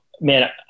man